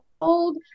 old